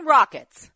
Rockets